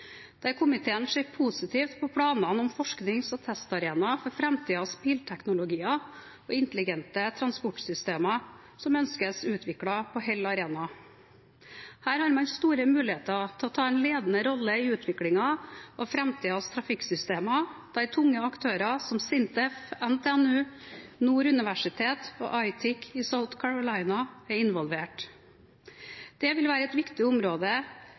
komiteen ser positivt på planene om forsknings- og testarena for framtidens bilteknologier og intelligente transportsystemer, som ønskes utviklet på Hell Arena. Her har man store muligheter til å ta en ledende rolle i utviklingen av framtidens trafikksystemer, der tunge aktører som SINTEF, NTNU, Nord universitet og ITIC i South Carolina er involvert. Det vil være et viktig område